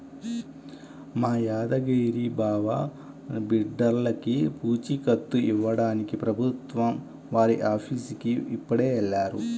మా యాదగిరి బావ బిడ్డర్లకి పూచీకత్తు ఇవ్వడానికి ప్రభుత్వం వారి ఆఫీసుకి ఇప్పుడే వెళ్ళాడు